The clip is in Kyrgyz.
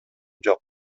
жок